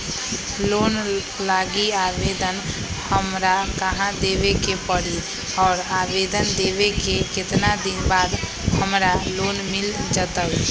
Loan लागी आवेदन हमरा कहां देवे के पड़ी और आवेदन देवे के केतना दिन बाद हमरा लोन मिल जतई?